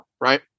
right